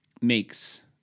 makes